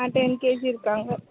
ஆ ten KG இருக்காங்க